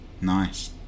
Nice